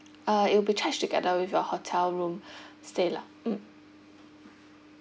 uh it'll be charged together with your hotel room stay lah mm